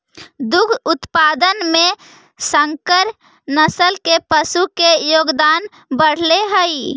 दुग्ध उत्पादन में संकर नस्ल के पशु के योगदान बढ़ले हइ